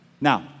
Now